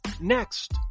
Next